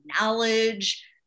knowledge